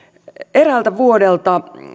eräältä vuodelta